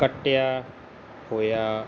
ਕੱਟਿਆ ਹੋਇਆ